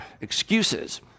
excuses